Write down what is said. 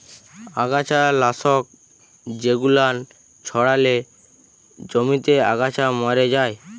আগাছা লাশক জেগুলান ছড়ালে জমিতে আগাছা ম্যরে যায়